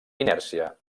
inèrcia